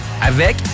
avec